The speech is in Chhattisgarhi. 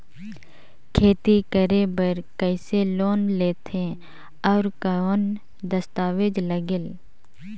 खेती करे बर कइसे लोन लेथे और कौन दस्तावेज लगेल?